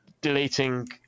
deleting